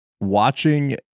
watching